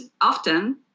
often